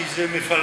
כי זה מפלג.